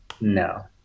No